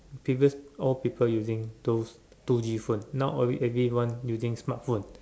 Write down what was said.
previous all people using two two D phone now all everyone using smart phone